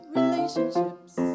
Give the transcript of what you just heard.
relationships